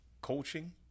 coaching